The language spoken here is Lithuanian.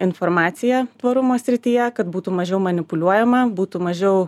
informaciją tvarumo srityje kad būtų mažiau manipuliuojama būtų mažiau